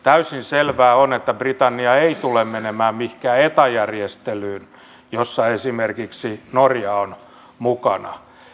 täysin selvää on että britannia ei tule menemään mihinkään eta järjestelyyn jossa esimerkiksi norja on mukana